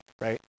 right